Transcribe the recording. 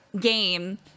game